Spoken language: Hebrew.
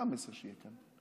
מה המסר שיהיה כאן?